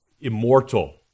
immortal